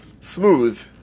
smooth